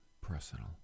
personal